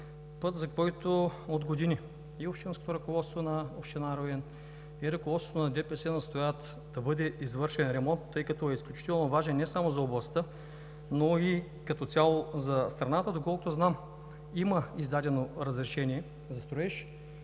път, за който от години общинското ръководство на община Руен и ръководството на ДПС настояват да бъде извършен ремонт, тъй като е изключително важен не само за областта, но и като цяло за страната. Доколкото знам, има издадено разрешение за строеж